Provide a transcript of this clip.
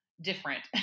different